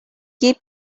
keep